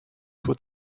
toi